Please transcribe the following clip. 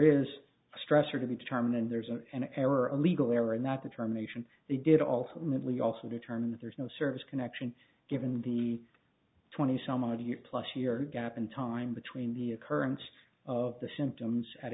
a stressor to be determined and there's an error a legal error and not determination they did also minutely also determine that there is no service connection given the twenty some odd year plus year gap in time between the occurrence of the symptoms at